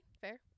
Fair